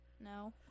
No